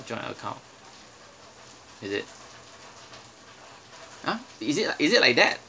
joint account is it !huh! is it is it like that